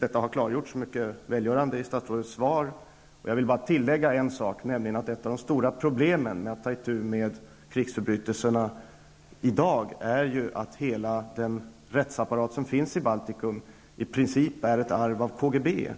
Saken har klargjorts välgörande tydligt i statsrådets svar, och jag vill bara tillägga en sak, nämligen att ett av de stora problemen när det gäller att ta itu med krigsförbrytelserna i dag är att hela den rättsapparat som finns i Baltikum i princip är ett arv från KGB.